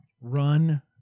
run